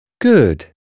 Good